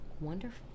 Wonderful